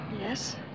Yes